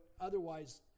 otherwise